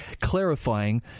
clarifying